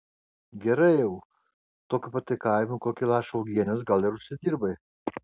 gerai jau tokiu pataikavimu kokį lašą uogienės gal ir užsidirbai